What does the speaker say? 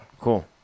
Cool